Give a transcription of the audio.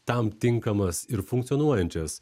tam tinkamas ir funkcionuojančias